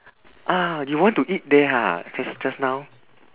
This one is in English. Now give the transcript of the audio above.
ah you want to eat there ha jus~ just now